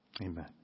Amen